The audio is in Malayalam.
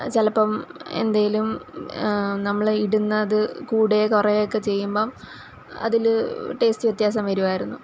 ചിലപ്പം എന്തേലും നമ്മൾ ഇടുന്നത് കൂടുകയും കുറയുകയും ഒക്കെ ചെയ്യുമ്പം അതില് ടേയ്സ്റ്റ് വ്യത്യാസം വരുമായിരുന്നു